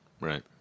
Right